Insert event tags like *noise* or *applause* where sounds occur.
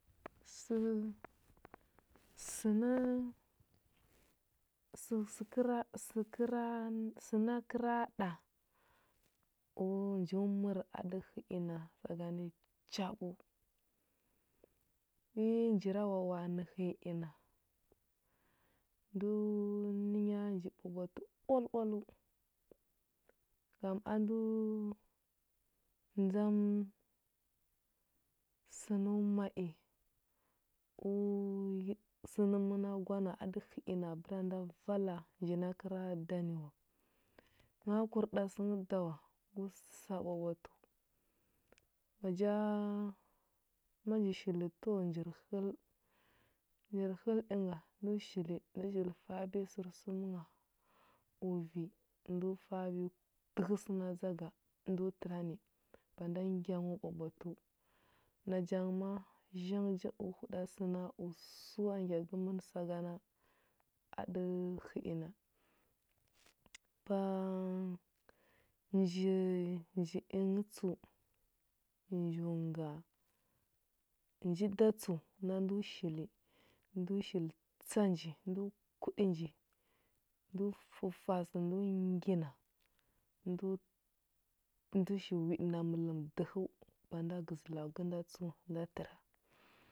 Sə *hesitation* sənə səlsə kəra sə kəra səna kəra ɗa u nju məra a ɗə hə i na saganə chaɓəu. Wi njirawawa a nə hə i ina, ndo nə nya nji ɓwaɓwatə oal oaləu. ngam a ndo ndzam səno ma i u sənə məna gwa na a ɗə hə i na abəra nda vala nji na kəra da ni wa. Ma kur ɗa sə nghə da wa, gu sa ɓwaɓwatəu. Maja ma nji shil təwa njir həl, njir həl inga ndo shili ndə shili fa abiya sərsum ngha, u vi ndo fa abiya dəhə səna dza ga, ndo təra ni ba nda ngya ngho ɓwaɓwatəu. naja ngə ma a zhang ja u huɗa səna u səwa ngya gəmən sagana a ɗə hə i na. Pa nji nji ingə tsəu nju nga, nji da tsəu na ndo shili ndo shili tsa nji ndo kuɗə nji, ndo fəfa a sə ndo ngina, ndo ndo shi wiɗna mələm dəhəu ba nda gəzə lagu gəda tsəu nda təra